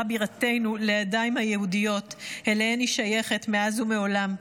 בירתנו לידיים היהודיות שאליהן היא שייכת מאז ומעולם.